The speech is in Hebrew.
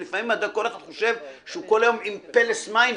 כי לפעמים כל אחד חושב שהוא כל היום עם פלס מים,